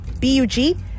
B-U-G